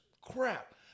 crap